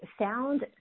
sound